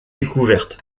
découverte